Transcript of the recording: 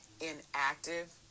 inactive